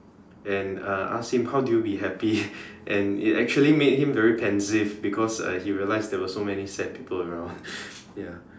and uh asked him how did you be happy and it actually make him very pensive because he realize there were so many sad people around ya